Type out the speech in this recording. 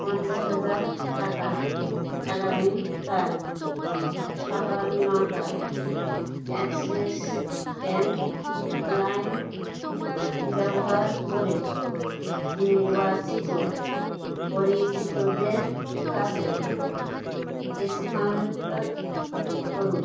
পঞ্চাশ হাজার টাকা আগামীকাল সকাল নটায় অ্যাক্সিস ব্যাঙ্ক লাইম ব্যবহার করে নির্বাচিত পরিচিতদের কাছে স্থানান্তর করুন